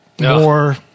more